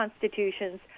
constitutions